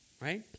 right